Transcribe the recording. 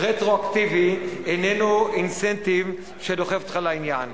תשלום רטרואקטיבי איננו אינסנטיב שדוחף אותך לעניין.